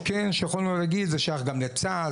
הוא לא על גידול עדרים